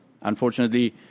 Unfortunately